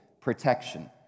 protection